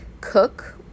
cook